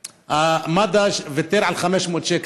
ומד"א ויתר על 500 שקל.